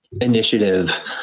initiative